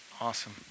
Awesome